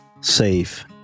safe